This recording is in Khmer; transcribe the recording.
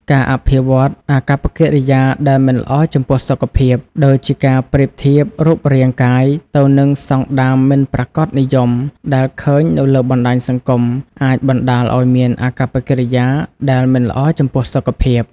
ការអភិវឌ្ឍអាកប្បកិរិយាដែលមិនល្អចំពោះសុខភាព ដូចជាការប្រៀបធៀបរូបរាងកាយទៅនឹងស្តង់ដារមិនប្រាកដនិយមដែលឃើញនៅលើបណ្ដាញសង្គម អាចបណ្ដាលឱ្យមានអាកប្បកិរិយាដែលមិនល្អចំពោះសុខភាព។